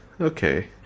Okay